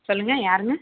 சொல்லுங்கள் யாருங்க